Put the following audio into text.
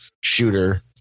shooter